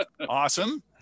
Awesome